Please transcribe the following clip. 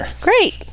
Great